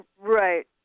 Right